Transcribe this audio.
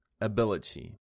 Ability